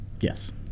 Yes